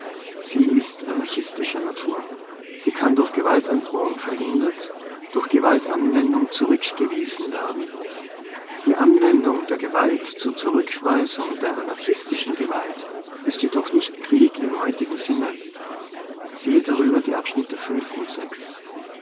sie ist anarchischer natur sie kann durch gewaltandrohung ver hindert durch gewaltanwendung zurückgewiesen werden die anwendung der gewalt zur zurückweisung der anarchischen gcwaltist jedoch nicht krieg im heutigen sinne siehe darüber die ab und